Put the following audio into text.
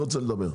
מי רוצה לדבר?